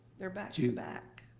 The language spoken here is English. they're back to back.